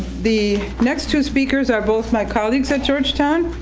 the next two speakers are both my colleagues at georgetown.